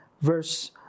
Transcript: verse